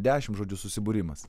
dešimt žodžiu susibūrimas